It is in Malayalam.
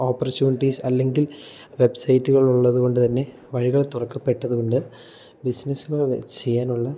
ഓപ്പർച്യൂണിറ്റീസ് അല്ലെങ്കിൽ വെബ്സൈറ്റുകൾ ഉള്ളതു കൊണ്ട് തന്നെ വഴികൾ തുറക്കപ്പെട്ടത് കൊണ്ട് ബിസിനസ്സുകൾ ചെയ്യാനുള്ള